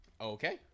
Okay